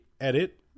edit